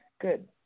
Good